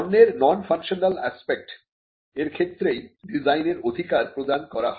পণ্যের non functional aspect এর ক্ষেত্রেই ডিজাইনের অধিকার প্রদান করা হয়